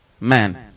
man